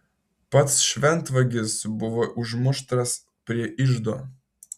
pats šventvagis buvo užmuštas prie iždo